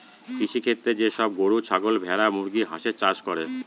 কৃষিক্ষেত্রে যে সব গরু, ছাগল, ভেড়া, মুরগি, হাঁসের চাষ করে